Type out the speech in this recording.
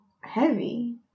heavy